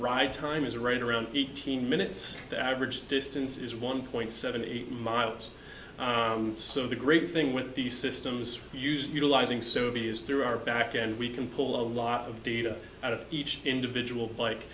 ride time is right around eighteen minutes the average distance is one point seven eight miles some of the great thing with these systems use utilizing suvi is through our backend we can pull a lot of data out of each individual bike